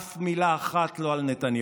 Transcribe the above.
אף לא מילה אחת על נתניהו.